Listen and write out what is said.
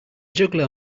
juggler